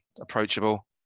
approachable